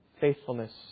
faithfulness